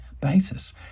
basis